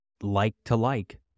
like-to-like